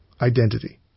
identity